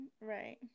Right